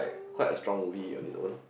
quite a strong movie on its own